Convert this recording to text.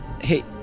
Hey